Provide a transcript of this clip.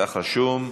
כך רשום.